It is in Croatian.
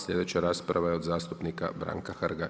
Sljedeća rasprava je od zastupnika Branka Hrga.